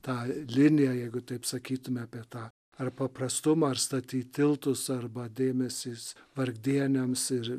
tą liniją jeigu taip sakytume apie tą ar paprastumą ar statyt tiltus arba dėmesį jis vargdieniams ir